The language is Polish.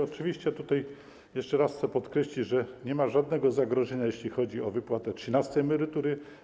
Oczywiście jeszcze raz chcę podkreślić, że nie ma żadnego zagrożenia, jeśli chodzi o wypłatę trzynastej emerytury.